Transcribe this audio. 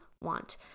want